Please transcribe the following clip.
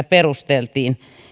perusteltiin